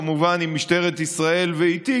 כמובן עם משטרת ישראל ואיתי,